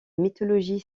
mythologie